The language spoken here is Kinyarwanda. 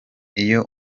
iyo